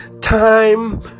time